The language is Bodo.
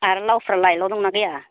आर लावफ्रालाय लाव दं ना गैया